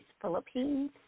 Philippines